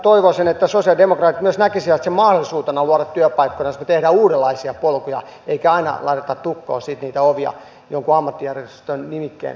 toivoisin että sosialidemokraatit myös näkisivät sen mahdollisuutena luoda työpaikkoja jos me teemme uudenlaisia polkuja eikä aina laiteta tukkoon sitten niitä ovia jonkun ammattijärjestön nimikkeen verukkeella